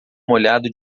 molhado